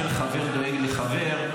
של חבר דואג לחבר.